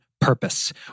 purpose